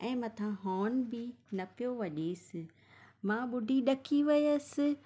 ऐं मथां हॉर्न बि न पियो वॼेसि मां ॿुढी ॾकी वियसि